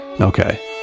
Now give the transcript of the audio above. Okay